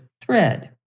thread